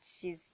shes